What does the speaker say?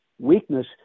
Weakness